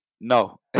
no